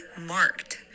marked